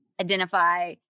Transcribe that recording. identify